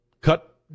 Cut